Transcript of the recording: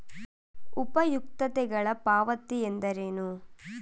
ಉಪಯುಕ್ತತೆಗಳ ಪಾವತಿ ಎಂದರೇನು?